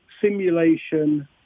simulation